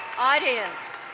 audience,